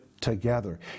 together